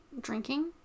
drinking